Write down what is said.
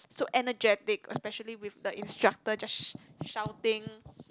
so energetic especially with the instructor just shouting